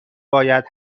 باید